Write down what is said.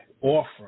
offer